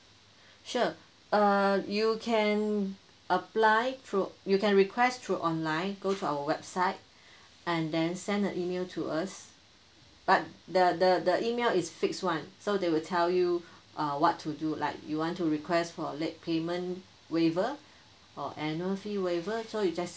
sure err you can apply through you can request through online go to our website and then send a email to us but the the the email is fix [one] so they will tell you uh what to do like you want to request for late payment waiver or annual fee waiver so you just